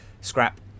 Scrap